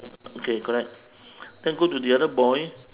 okay correct then go to the other boy